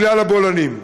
בגלל הבולענים.